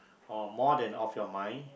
or more than off your mind